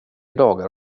dagar